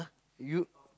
you